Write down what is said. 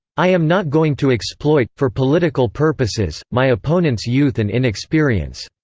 i am not going to exploit, for political purposes, my opponent's youth and inexperience,